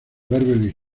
beverly